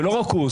ולא רק הוא,